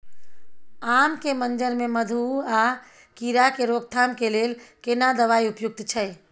आम के मंजर में मधुआ कीरा के रोकथाम के लेल केना दवाई उपयुक्त छै?